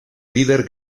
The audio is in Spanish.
líder